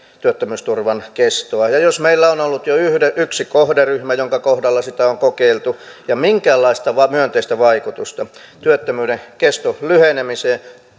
työttömyysturvan kestoa ja jos meillä on ollut jo yksi kohderyhmä jonka kohdalla sitä on kokeiltu ja minkäänlaista myönteistä vaikutusta työttömyyden keston lyhenemiseen